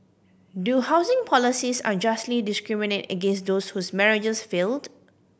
do housing policies unjustly discriminate against those whose marriages failed